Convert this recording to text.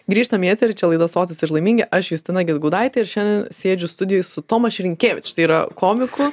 grįžtam į eterį čia laida sotūs ir laimingi aš justina gedgaudaitė ir šiandien sėdžiu studijoj su tomaš rynkevič tai yra komiku